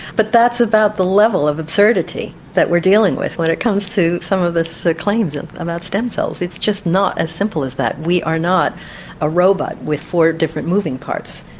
but that's about the level of absurdity that we're dealing with when it comes to some of these so claims and about stem cells. it's just not as simple as that. we are not a robot with four different moving parts.